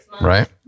right